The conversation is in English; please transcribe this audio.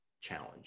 challenge